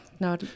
no